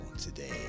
today